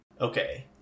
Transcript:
Okay